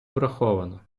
враховано